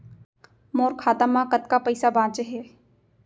मोर खाता मा कतका पइसा बांचे हे?